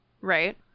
Right